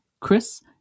Chris